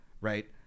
right